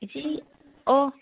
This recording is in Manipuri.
ꯏꯆꯦ ꯑꯣ